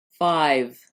five